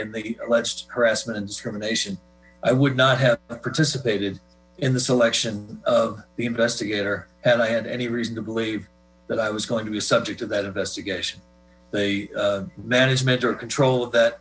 in the alleged harassment and discrimination i would not have participated in the selection of the investigator had i had any reason to believe that i was going to be subject to that investigation they manage or control of that